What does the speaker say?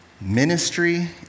ministry